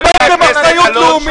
צריכה להיות אחריות לאומית.